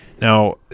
Now